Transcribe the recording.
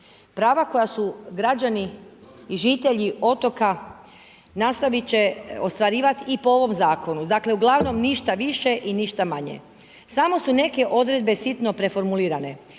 Prava koja su građani i žitelji otoka nastavit će ostvarivati i po ovom zakonu, dakle uglavnom ništa više i ništa manje. Samo su neke odredbe sitno preformulirane.